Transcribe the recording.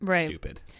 stupid